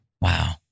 Wow